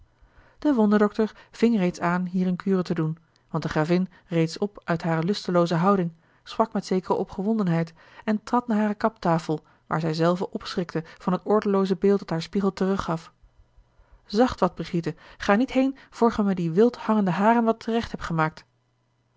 de wonderdokter ving reeds aan hier een kure te doen want de gravin rees op uit hare lustelooze houding sprak met zekere opgewondenheid en trad naar hare kaptafel waar zij zelve opschrikte van het ordelooze beeld dat haar spiegel teruggaf zacht wat brigitte ga niet heen voor ge mij die wild hangende haren wat terecht hebt gemaakt